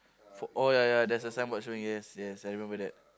for oh ya ya there's a signboard showing yes yes I remembered that